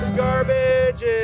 garbage